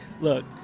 look